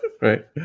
Right